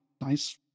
nice